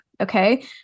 okay